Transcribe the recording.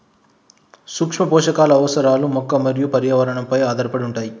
సూక్ష్మపోషకాల అవసరాలు మొక్క మరియు పర్యావరణంపై ఆధారపడి ఉంటాయి